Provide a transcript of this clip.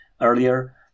earlier